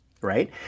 Right